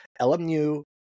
LMU